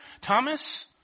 Thomas